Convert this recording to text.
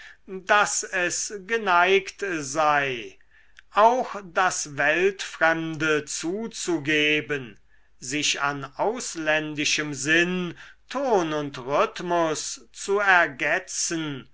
daß es geneigt sei auch das weltfremde zuzugeben sich an ausländischem sinn ton und rhythmus zu ergetzen